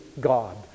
God